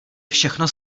všechno